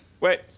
Wait